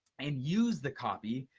and use the copy.